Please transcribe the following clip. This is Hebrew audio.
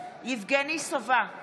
יבגני סובה,